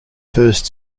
first